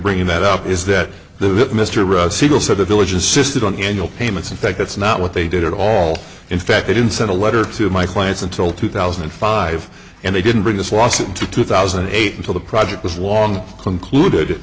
bringing that up is that the mr rudd siegel sort of village insisted on annual payments in fact that's not what they did at all in fact they didn't sent a letter to my clients until two thousand and five and they didn't bring this lawsuit to two thousand and eight until the project was long concluded